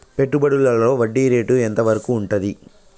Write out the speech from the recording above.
పెట్టుబడులలో వడ్డీ రేటు ఎంత వరకు ఉంటది?